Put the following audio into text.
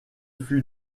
fut